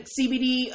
CBD